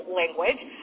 language